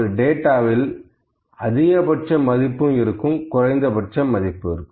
ஒரு டேட்டாவில் அதிகபட்ச மதிப்பும் இருக்கும் குறைந்தபட்ச மதிப்பும் இருக்கும்